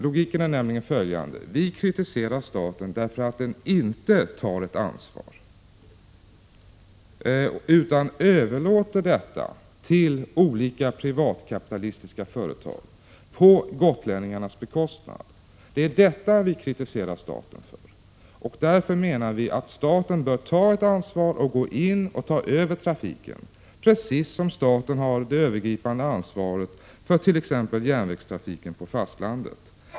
Logiken är följande: Vi kritiserar staten därför att den inte tar ett ansvar utan överlåter detta till olika privatkapitalistiska företag på gotlänningarnas bekostnad. Det är detta vi kritiserar staten för. Därför menar vi att staten bör ta ett ansvar och gå in och ta över trafiken, precis som staten har det övergripande ansvaret för t.ex. järnvägstrafiken på fastlandet.